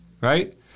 right